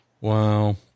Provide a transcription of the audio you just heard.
Wow